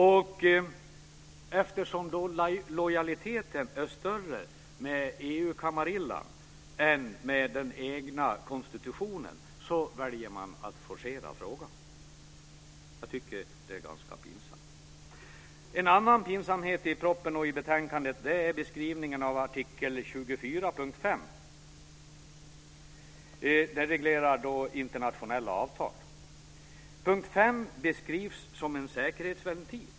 Och eftersom lojaliteten är större med EU-kamarillan än med den egna konstitutionen så väljer man att forcera frågan. Jag tycker att det är ganska pinsamt. En annan pinsamhet i propositionen och i betänkandet är beskrivningen av artikel 24 punkt 5. Den reglerar internationella avtal. Punkt 5 beskrivs som en säkerhetsventil.